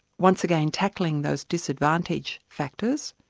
once again, tackling those disadvantage factors,